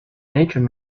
nature